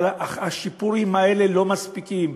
אבל השיפורים האלה לא מספיקים.